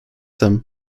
him